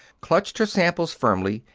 clutched her samples firmly,